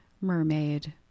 Mermaid